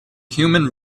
human